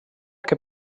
que